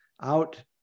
out